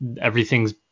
Everything's